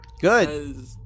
Good